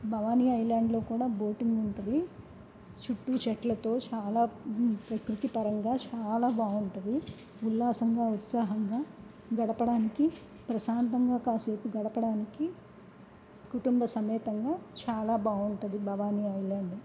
భవానీ ఐలాండ్లో కూడా బోటింగ్ ఉంటుంది చుట్టూ చెట్లతో చాలా ప్రకృతి పరంగా చాలా బాగుంటుంది ఉల్లాసంగా ఉత్సాహంగా గడపడానికి ప్రశాంతంగా కాసేపు గడపడానికి కుటుంబ సమేతంగా చాలా బాగుంటుంది భవానీ ఐలాండ్